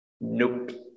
Nope